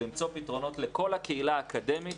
למצוא פתרונות לכל הקהילה האקדמית